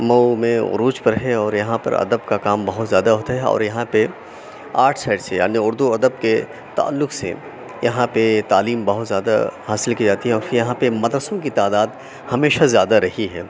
مئو میں عروج پر ہے اور یہاں پر ادب کا کام بہت زیادہ ہوتا ہے اور یہاں پہ آرٹ سائڈ سے یعنی اُردو ادب کے تعلق سے یہاں پہ تعلیم بہت زیادہ حاصل کی جاتی ہے اور پھر یہاں پہ مدرسوں کی تعداد ہمیشہ زیادہ رہی ہے